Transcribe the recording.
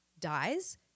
dies